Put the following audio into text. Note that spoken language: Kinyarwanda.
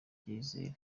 icyizere